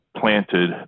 planted